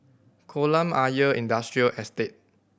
Kolam Ayer Industrial Estate